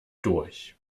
durch